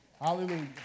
Hallelujah